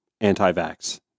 anti-vax